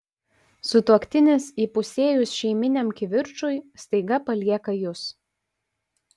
sutuoktinis įpusėjus šeiminiam kivirčui staiga palieka jus